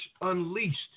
unleashed